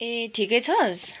ए ठिकै छस्